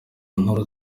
nkuru